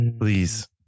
Please